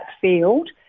field